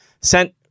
sent